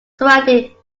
surrounded